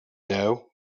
know